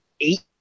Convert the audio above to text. eight